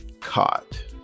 caught